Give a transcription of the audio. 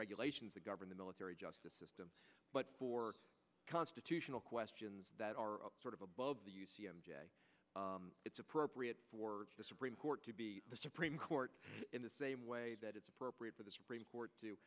regulations that govern the military justice system but for constitutional questions that are sort of above it's appropriate for the supreme court to be the supreme court in the same way that it's appropriate for the supreme court to